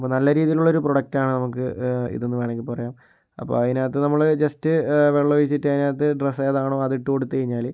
അപ്പോൾ നല്ല രീതിയിലുള്ളൊരു പ്രോഡക്ടാണ് നമുക്ക് ഇത് എന്നു വേണമെങ്കിൽ പറയാം അപ്പോൾ അതിനകത്ത് നമ്മൾ ജസ്റ്റ് വെള്ളം ഒഴിച്ചിട്ട് അതിനകത്ത് ഡ്രസ്സ് ഏതാണോ അത് ഇട്ടു കൊടുത്ത് കഴിഞ്ഞാൽ